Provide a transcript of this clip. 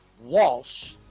Walsh